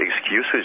excuses